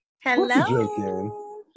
Hello